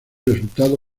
resultado